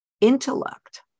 intellect